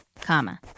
comma